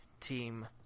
team